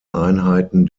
einheiten